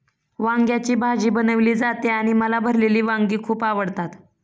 वांग्याची भाजी बनवली जाते आणि मला भरलेली वांगी खूप आवडतात